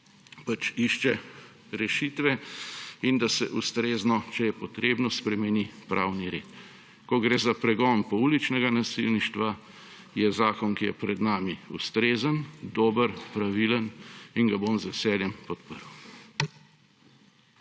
pač išče rešitve in da se ustrezno, če je potrebno, spremeni pravni red. Ko gre za pregon pouličnega nasilništva, je zakon, ki je pred nami, ustrezen, dober, pravilen in ga bom z veseljem podprl.